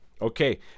Okay